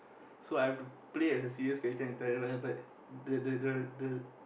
so I've to play as a serious character entire but the the the the